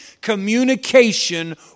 communication